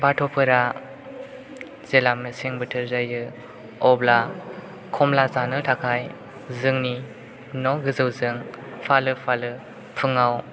बाथ'फोरा जेब्ला मेसें बोथोर जायो अब्ला खमला जानो थाखाय जोंनि न' गोजौजों फालो फालो फुङाव